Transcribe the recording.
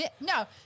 No